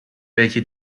welche